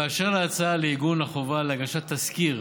באשר להצעה לעיגון החובה להגשת תסקיר